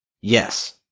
Yes